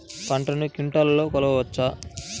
పంటను క్వింటాల్లలో కొలవచ్చా?